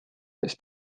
ist